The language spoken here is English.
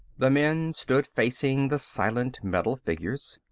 the men stood facing the silent metal figures.